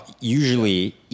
usually